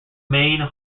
main